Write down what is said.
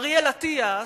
אריאל אטיאס: